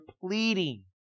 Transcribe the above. pleading